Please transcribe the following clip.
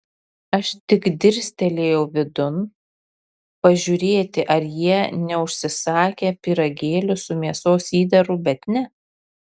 aš tik dirstelėjau vidun pažiūrėti ar jie neužsisakę pyragėlių su mėsos įdaru bet ne